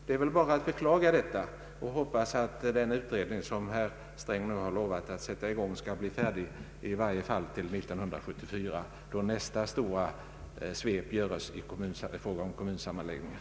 Det är bara att beklaga detta och hoppas att den utredning som herr Sträng har lovat sätta i gång skall bli färdig i varje fall till 1974, då nästa stora svep görs i fråga om kommunsammanläggningar.